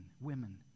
women